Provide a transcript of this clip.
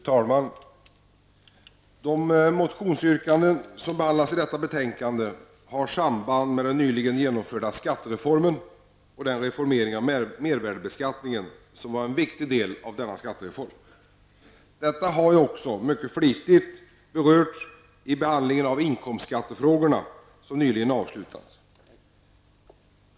Fru talman! De motionsyrkanden som behandlas i detta betänkande har samband med den nyligen genomförda skattereformen och den reformering av mervärdebeskattningen som var en viktig del av denna skattereform. Detta har ju också mycket flitigt berörts vid den behandling av inkomstskattefrågorna som nyligen avslutades.